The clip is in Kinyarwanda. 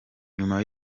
nyuma